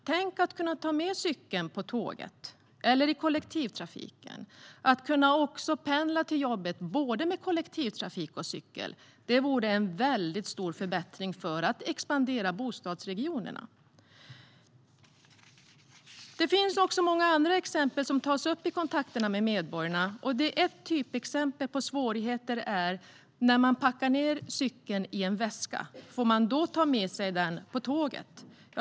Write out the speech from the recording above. Tänk att kunna ta med cykeln på tåget eller i kollektivtrafiken! Att kunna pendla till jobbet både med kollektivtrafik och med cykel vore en stor förbättring när det gäller att expandera bostadsregionerna. Det finns också många andra exempel som tas upp i kontakterna med medborgarna. Ett typexempel på svårigheter är detta: När man packar ned cykeln i en väska - får man då ta med sig den på tåget?